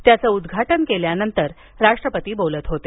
त्याचं उद्घाटन केल्यानंतर राष्ट्रपती बोलत होते